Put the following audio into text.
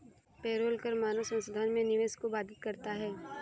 payroll कर मानव संसाधन में निवेश को बाधित करता है